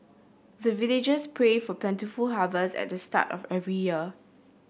the villagers pray for plentiful harvest at the start of every year